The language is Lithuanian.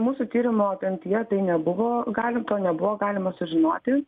mūsų tyrimo apimtyje tai nebuvo galim to nebuvo galima sužinoti